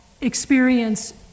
experience